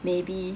maybe